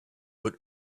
but